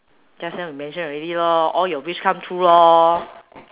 just now you mention already lor all your wish come true lor